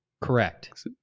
Correct